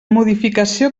modificació